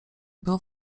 było